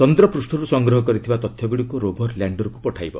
ଚନ୍ଦ୍ରପୂଷ୍ଠରୁ ସଂଗ୍ରହ କରିଥିବା ତଥ୍ୟଗୁଡ଼ିକୁ ରୋଭର ଲ୍ୟାଣ୍ଡରକୁ ପଠାଇବ